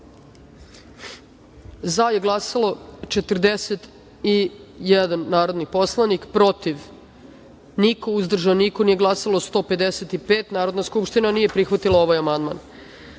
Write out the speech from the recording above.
za je glasalo – 51 narodni poslanik, protiv – niko, uzdržan – niko, nije glasalo – 146.Narodna skupština nije prihvatila ovaj amandman. Na